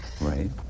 right